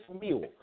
meal